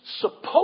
supposed